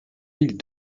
mille